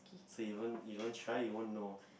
you won't you won't try you won't know